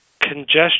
Congestion